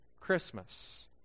Christmas